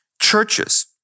churches